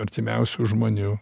artimiausių žmonių